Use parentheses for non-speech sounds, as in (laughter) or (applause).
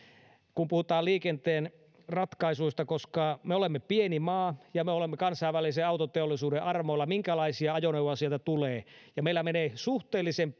kun puhutaan liikenteen ratkaisuista koska me olemme pieni maa ja kansainvälisen autoteollisuuden armoilla siinä minkälaisia ajoneuvoja sieltä tulee ja meillä menee suhteellisen (unintelligible)